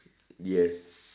yes